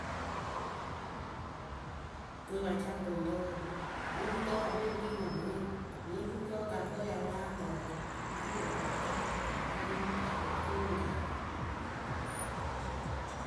Kɨ pɨ pa ca bɨŋrǝ wǝǝ wɨ lóo ru rɨ kǝ pɨ ya pɨ lée kpii nɔŋwe wɨ lóo ru rɨ kǝ́ wɨkaakpǝ we ya wɨ láa tɔɔ wǝ oturu ya wɨ láa ca bɨŋrǝ we oturu ya wɨ lóo ko wɨ ŋ kaamɨ.